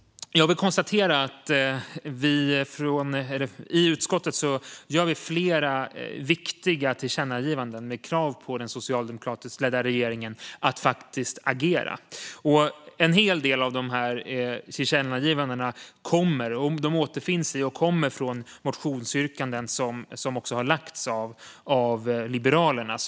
Jag vill konstatera att vi i utskottet gör flera viktiga tillkännagivanden med krav på den socialdemokratiskt ledda regeringen att faktiskt agera. En hel del av tillkännagivandena återfinns i och kommer från motionsyrkanden som har lagts fram av Liberalerna.